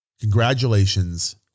congratulations